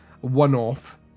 one-off